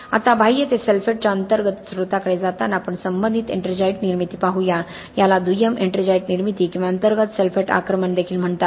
आता बाह्य ते सल्फेटच्या अंतर्गत स्त्रोताकडे जाताना आपण संबंधित एट्रिंजाइट निर्मिती पाहू या याला दुय्यम एट्रिंजाइट निर्मिती किंवा अंतर्गत सल्फेट आक्रमण देखील म्हणतात